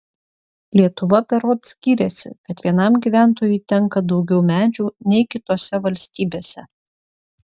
lietuva berods gyrėsi kad vienam gyventojui tenka daugiau medžių nei kitose valstybėse